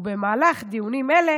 ובמהלך דיונים אלה